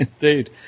indeed